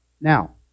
Now